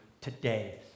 today